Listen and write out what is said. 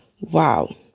wow